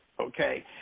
Okay